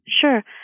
Sure